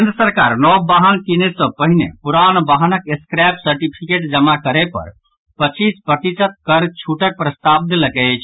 केन्द्र सरकार नव वाहन किनय सॅ पहिने पुरान वाहनक स्क्रैप सर्टिफिकेट जमा करय पर पच्चीस प्रतिशत कर छूटक प्रस्ताव देलक अछि